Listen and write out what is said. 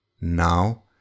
Now